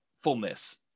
Fullness